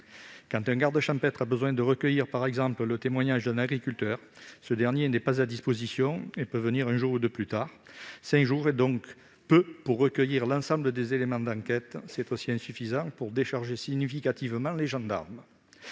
Quand un garde champêtre a besoin, par exemple, de recueillir le témoignage d'un agriculteur, ce dernier n'est pas toujours disponible et peut venir un jour ou deux plus tard. Cinq jours, c'est donc peu pour recueillir l'ensemble des éléments d'enquête. C'est aussi insuffisant pour décharger significativement les gendarmes.